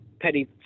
petty